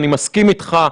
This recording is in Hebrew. אני מסכים איתך,